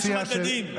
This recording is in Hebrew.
יש מדדים.